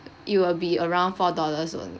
it will be around four dollars only